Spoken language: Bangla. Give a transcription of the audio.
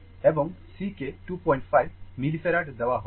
এবং C কে 25 মিলিফারাড দেওয়া হয়